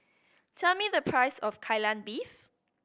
tell me the price of Kai Lan Beef